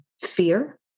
fear